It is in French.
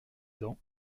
dents